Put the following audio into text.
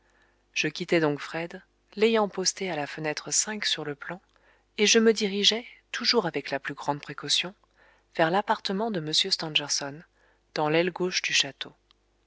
je quittai donc fred l'ayant posté à la fenêtre sur le plan et je me dirigeai toujours avec la plus grande précaution vers l'appartement de m stangerson dans l'aile gauche du château